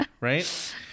right